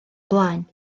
blaen